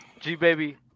G-Baby